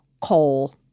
coal